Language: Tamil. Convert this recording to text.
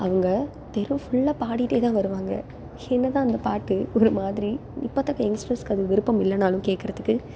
அவங்க தெரு ஃபுல்லாக பாடிகிட்டே தான் வருவாங்க என்னதான் அந்த பாட்டு ஒரு மாதிரி இப்பதக்க யங்ஸ்டர்ஸுக்கு அது விருப்பம் இல்லைனாலும் கேக்கிறத்துக்கு